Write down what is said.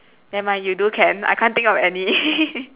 never mind you do can I can't think of any